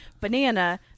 banana